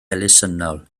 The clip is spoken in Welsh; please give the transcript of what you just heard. elusennol